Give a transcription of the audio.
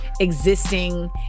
existing